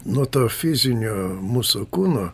nuo to fizinio mūsų kūno